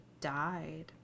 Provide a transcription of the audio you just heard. died